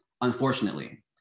unfortunately